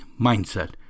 Mindset